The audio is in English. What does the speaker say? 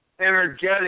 energetic